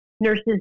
Nurses